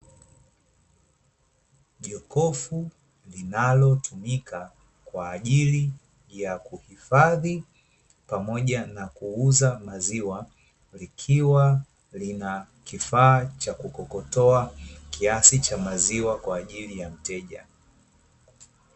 Jokofu linalotumika kwa ajili ya kuhifadhi pamoja na kuuza maziwa, likiwa lina kifaa cha kukokotoa, kiasi cha maziwa kwa ajili ya mteja.